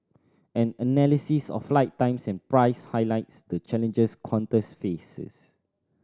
an analysis of flight times and prices highlights the challenges Qantas faces